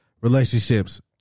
relationships